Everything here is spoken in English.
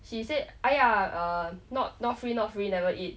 she said !aiya! err not not free not free never eat